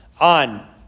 on